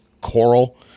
coral